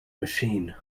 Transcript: machine